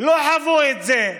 לא חוו את זה,